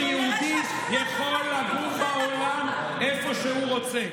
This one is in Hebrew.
כמו שיהודי יכול לגור בעולם איפה שהוא רוצה.